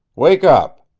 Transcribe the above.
wake up!